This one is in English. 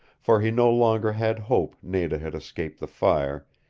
for he no longer had hope nada had escaped the fire,